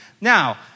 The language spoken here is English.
Now